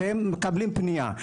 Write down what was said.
שהם מקבלים פנייה,